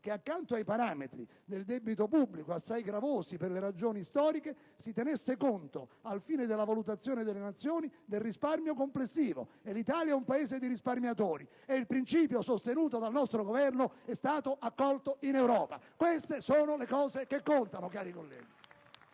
che accanto ai parametri del debito pubblico, assai gravosi per le ragioni storiche, si tenesse conto, al fine della valutazione delle Nazioni, del risparmio complessivo. E l'Italia è un Paese di risparmiatori. Il principio sostenuto dal nostro Governo è stato accolto in Europa. Queste sono le cose che contano, cari colleghi!